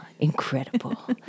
incredible